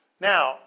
Now